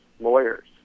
lawyers